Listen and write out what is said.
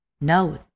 No